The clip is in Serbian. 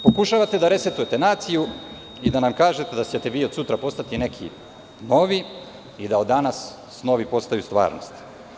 Pokušavate da resetujete naciju i da nam kažete da ćete vi od sutra postati neki novi i da od danas snovi postaju stvarnost.